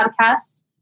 podcast